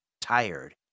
tired